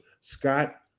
Scott